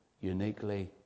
uniquely